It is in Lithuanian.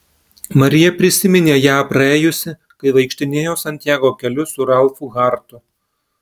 marija prisiminė ją praėjusi kai vaikštinėjo santjago keliu su ralfu hartu